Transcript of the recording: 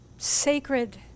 sacred